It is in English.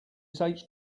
this